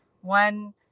one